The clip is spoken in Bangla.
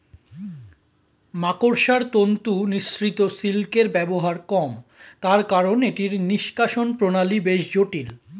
মাকড়সার তন্তু নিঃসৃত সিল্কের ব্যবহার কম, তার কারন এটির নিষ্কাশণ প্রণালী বেশ জটিল